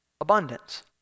abundance